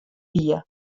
wie